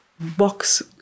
box